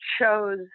chose